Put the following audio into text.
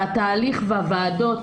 והתהליך והוועדות